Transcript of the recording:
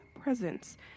presence